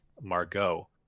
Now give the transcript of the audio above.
Margot